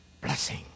Blessing